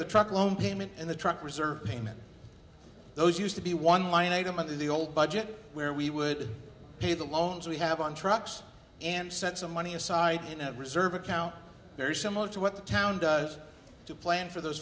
the truck loan payment and the truck reserve payment those used to be one line item of the old budget where we would pay the loans we have on trucks and set some money aside in a reserve account very similar to what the town does to plan for those